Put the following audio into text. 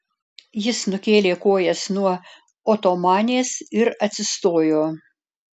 jis nukėlė kojas nuo otomanės ir atsistojo